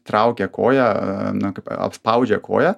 traukia koją na kaip apspaudžia koją